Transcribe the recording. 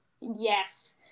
yes